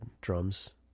drums